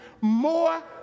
more